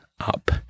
up